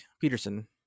Peterson